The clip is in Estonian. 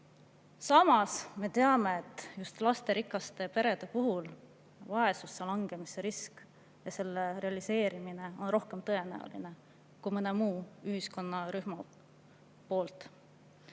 Samas me teame, et just lasterikaste perede puhul vaesusesse langemise risk, selle realiseerumine on rohkem tõenäoline kui mõne muu ühiskonnarühma puhul.